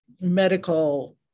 medical